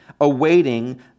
awaiting